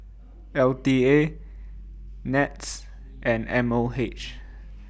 L T A Nets and M O H